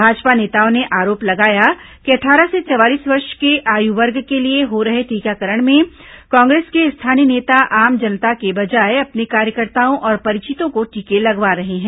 भाजपा नेताओं ने आरोप लगाया कि अट्ठारह से चवालीस वर्ष के आयु वर्ग के लिए हो रहे टीकाकरण में कांग्रेस के स्थानीय नेता आम जनता के बजाय अपने कार्यकर्ताओं और परिचितों को टीके लगवा रहे हैं